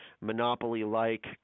monopoly-like